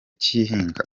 cy’ihinga